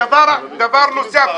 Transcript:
דבר נוסף,